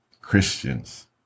Christians